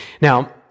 Now